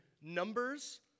Numbers